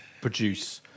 produce